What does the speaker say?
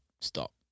stop